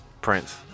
Prince